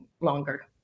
longer